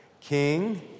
King